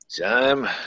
Time